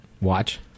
watch